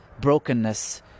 brokenness